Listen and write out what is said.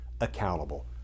accountable